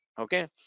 Okay